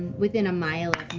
within a mile